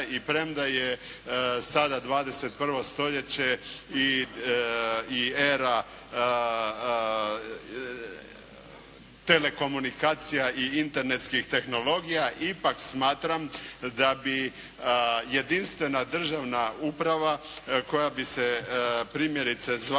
I premda je sada 21. stoljeće i era telekomunikacija i internetskih tehnologija ipak smatram da bi jedinstvena državna uprava koja bi se primjerice zvala